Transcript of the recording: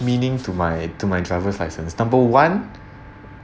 meaning to my to my driver's license number one